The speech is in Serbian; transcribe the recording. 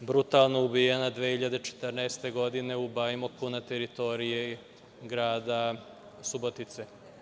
brutalno ubijena 2014. godine u Bajmoku na teritoriji grada Subotice.